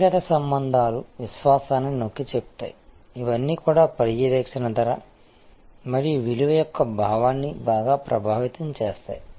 వ్యక్తిగత సంబంధాలు విశ్వాసాన్ని నొక్కిచెప్పాయి ఇవన్నీ కూడా పర్యవేక్షణ ధర మరియు విలువ యొక్క భావాన్ని బాగా ప్రభావితం చేస్తాయి